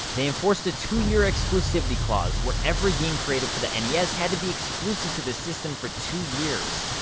they enforced a two year exclusivity clause, where every game created for the and yeah nes had to be exclusive to the system for two years.